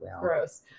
gross